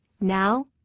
Now